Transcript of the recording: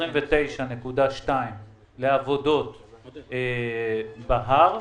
29.2 מיליון לעבודות בהר,